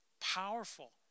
Powerful